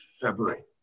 February